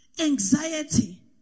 Anxiety